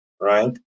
Right